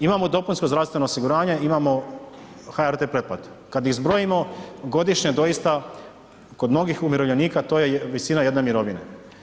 Imamo dopunsko zdravstveno osiguranje, imamo HRT pretplatu, kad iz zbrojimo godišnje doista kod mnogih umirovljenika to je visina jedne mirovine.